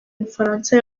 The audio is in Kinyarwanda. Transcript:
mufaransa